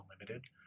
unlimited